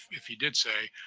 if he did say,